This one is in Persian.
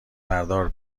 بردار